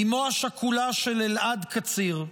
אימו השכולה של אלעד קציר,